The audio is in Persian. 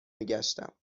میگشتم